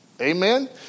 Amen